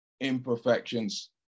imperfections